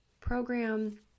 program